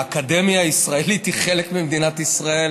האקדמיה הישראלית היא חלק ממדינת ישראל.